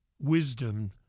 wisdom